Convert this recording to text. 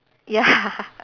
ya